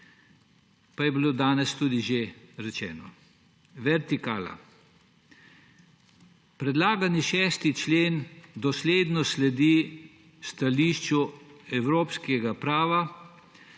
pa je bilo to danes tudi že rečeno. Vertikala. Predlagani 6. člen dosledno sledi stališču evropskega prava,